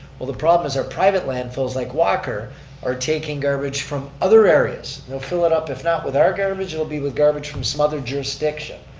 well the problem is our private landfills like walker are taking garbage from other areas. they're fill it up if not with our garbage, it'll be with garbage from some other jurisdiction.